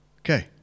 Okay